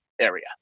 area